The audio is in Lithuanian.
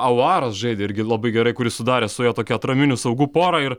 auaras žaidė irgi labai gerai kurį sudarė su ja tokią atraminių saugų porą ir